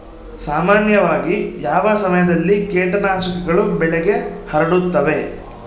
ಸಾಮಾನ್ಯವಾಗಿ ಯಾವ ಸಮಯದಲ್ಲಿ ಕೇಟನಾಶಕಗಳು ಬೆಳೆಗೆ ಹರಡುತ್ತವೆ?